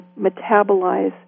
metabolize